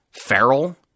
feral